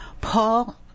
Paul